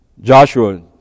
Joshua